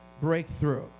breakthrough